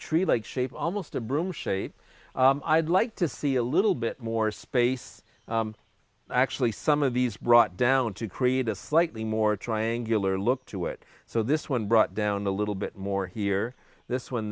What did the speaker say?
tree like shape almost a broom shape i'd like to see a little bit more space actually some of these brought down to create a slightly more triangular look to it so this one brought down a little bit more here this one